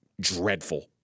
dreadful